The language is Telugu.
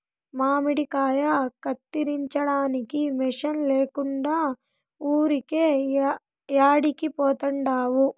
మామిడికాయ కత్తిరించడానికి మిషన్ లేకుండా ఊరికే యాడికి పోతండావు